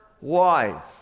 wife